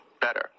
better